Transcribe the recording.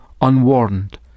unwarned